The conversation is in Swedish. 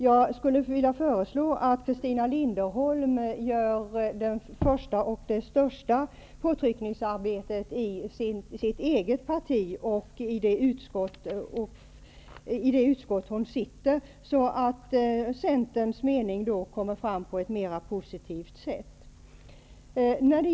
Jag skulle vilja föreslå att Christina Linderholm gör sitt första och största påtryckningsarbete gentemot sitt eget partis representanter i det utskott som hon sitter i, så att Centerns mening kommmer fram på ett mera positivt sätt.